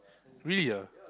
really ah